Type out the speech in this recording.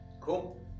Cool